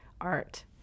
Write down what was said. art